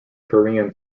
korean